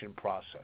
process